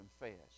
confess